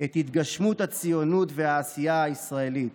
את התגשמות הציונות והעשייה הישראלית: